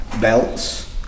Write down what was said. belts